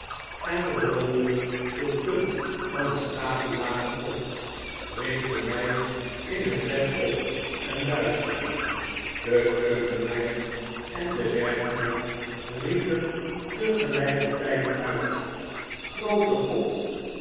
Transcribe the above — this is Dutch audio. en rolde de punt van het tafellaken op richtte mij in het bed op en luisterde de keukenmeid en de werkmeid riepen te gelijker tijd uit groote god